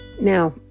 Now